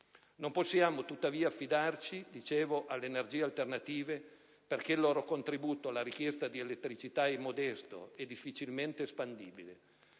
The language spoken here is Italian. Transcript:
Non possiamo tuttavia affidarci alle energie alternative perché il loro contributo alla richiesta di elettricità è modesto e difficilmente espandibile.